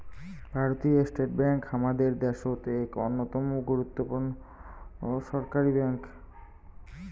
ভারতীয় state bank হামাদের দ্যাশোত এক অইন্যতম গুরুত্বপূর্ণ ছরকারি ব্যাঙ্ক